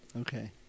Okay